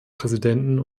präsidenten